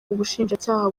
ubushinjacyaha